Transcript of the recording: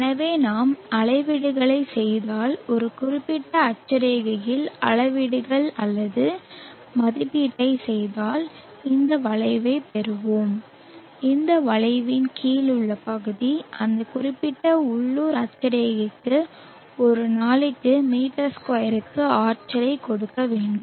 எனவே நாம் அளவீடுகளைச் செய்தால் ஒரு குறிப்பிட்ட அட்சரேகையில் அளவீடுகள் அல்லது மதிப்பீட்டைச் செய்தால் இந்த வளைவைப் பெறுவோம் அந்த வளைவின் கீழ் உள்ள பகுதி அந்த குறிப்பிட்ட உள்ளூர் அட்சரேகைக்கு ஒரு நாளைக்கு m2 க்கு ஆற்றலைக் கொடுக்க வேண்டும்